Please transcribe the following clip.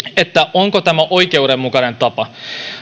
onko tämä oikeudenmukainen tapa